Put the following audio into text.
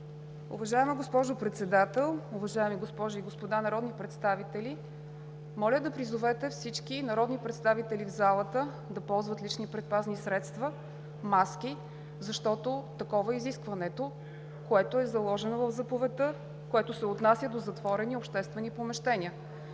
Уважаема госпожо Председател, уважаеми госпожи и господа народни представители! Моля да призовете всички народни представители в залата да ползват лични предпазни средства – маски, защото такова е изискването, което е заложено в заповедта и което се отнася до затворени обществени помещения.